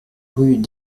rue